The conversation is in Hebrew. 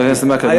חבר הכנסת מקלב,